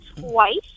Twice